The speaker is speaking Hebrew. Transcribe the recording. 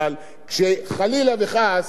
הדברים האלה לא ייעצרו.